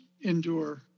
endure